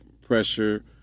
pressure